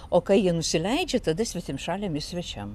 o kai ji nusileidžia tada svetimšaliam ir svečiam